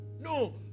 No